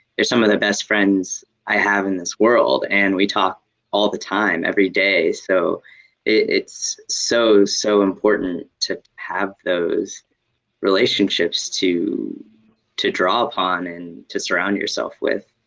they're some of the best friends i have in this world, and we talk all the time, every day. so it's so, so important to have those relationships to to draw upon and to surround yourself with,